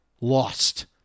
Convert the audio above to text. lost